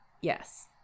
yes